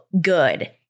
good